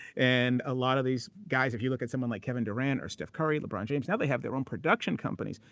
and a lot of these guys, if you look at someone like kevin durant or steph curry, lebron james, and they have their own production companies.